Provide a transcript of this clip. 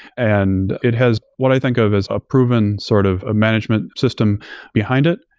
and it has what i think of as a proven sort of ah management system behind it.